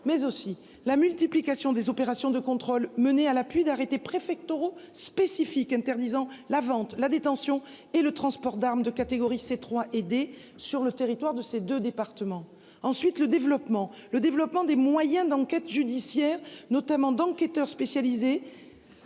mais aussi la multiplication des opérations de contrôle mené à l'appui d'arrêtés préfectoraux spécifique interdisant la vente, la détention et le transport d'arme de catégorie C 3 aider sur le territoire de ces 2 départements. Ensuite, le développement, le développement des moyens d'enquête judiciaire notamment d'enquêteurs spécialisés.